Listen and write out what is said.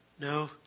No